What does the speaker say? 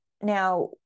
Now